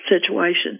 situation